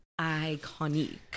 iconic